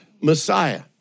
Messiah